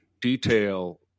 detail